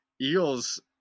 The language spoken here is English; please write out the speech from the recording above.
Eagles